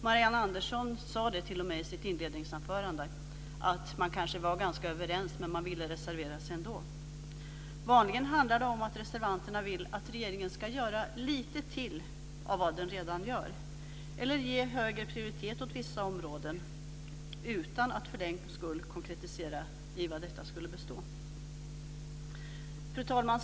Marianne Andersson sade t.o.m. i sitt inledningsanförande att man kanske var ganska överens, men att man vill reservera sig ändå. Vanligen handlar det om att reservanterna vill att regeringen ska göra lite till av vad den redan gör eller ge högre prioritet åt vissa områden, utan att man för den skull konkretiserar i vad detta skulle bestå. Fru talman!